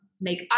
make